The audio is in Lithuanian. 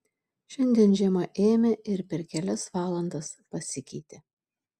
šiandien žiema ėmė ir per kelias valandas pasikeitė